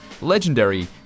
legendary